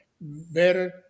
better